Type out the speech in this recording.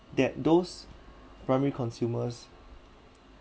that those primary consumers